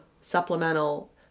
supplemental